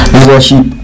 Leadership